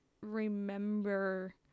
remember